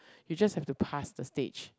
you just have to pass the stage